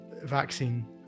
vaccine